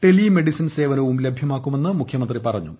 tele medicine സേവനവും ലഭ്യമാക്കുമെന്ന് മുഖ്യമന്ത്രി പറഞ്ഞു